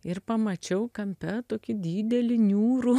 ir pamačiau kampe tokį didelį niūrų